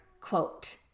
quote